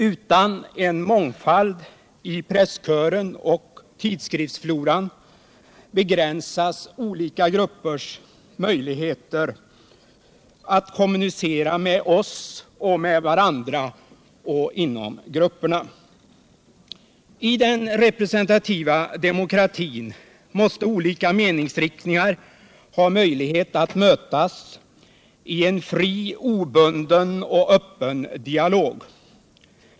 Utan en mångfald i presskören och tidskriftsfloran begränsas olika gruppers möjligheter att kommunicera med oss och med varandra och inom grupperna. I den representativa demokratin måste olika meningsriktningar ha möjlighet att mötas i en fri, obunden och öppen dialog.